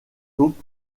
taupe